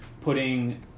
putting